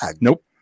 Nope